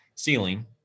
Ceiling